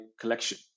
collection